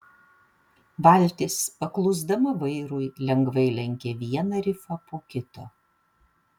valtis paklusdama vairui lengvai lenkė vieną rifą po kito